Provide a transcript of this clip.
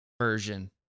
version